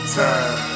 time